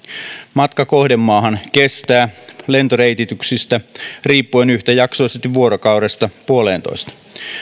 matka kohdemaahan kestää lentoreitityksistä riippuen yhtäjaksoisesti vuorokaudesta puoleentoista